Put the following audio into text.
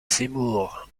seymour